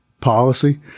policy